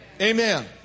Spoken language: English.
Amen